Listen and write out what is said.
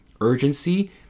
urgency